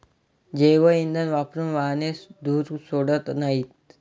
जैवइंधन वापरून वाहने धूर सोडत नाहीत